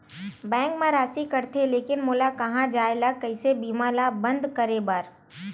Bank मा राशि कटथे लेकिन मोला कहां जाय ला कइसे बीमा ला बंद करे बार?